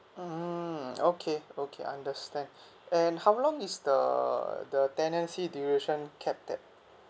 mmhmm okay okay understand and how long is the the tenancy duration capped at